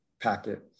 packet